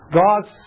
God's